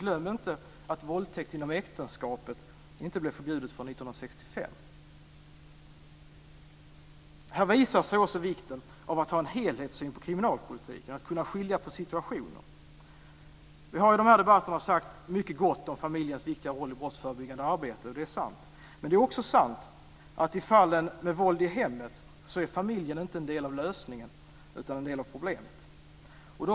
Glöm inte att våldtäkt inom äktenskapet inte blev förbjudet förrän 1965! Här visar sig också vikten av att ha en helhetssyn på kriminalpolitiken och att kunna skilja på situationer. Vi har i de här debatterna sagt mycket gott om familjens viktiga roll i brottsförebyggande arbete, och det är sant. Men det är också sant att i fallen med våld i hemmet är familjen inte en del av lösningen utan en del av problemet.